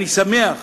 אני שמח